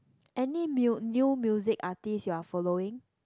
any mu~ new music artist you are following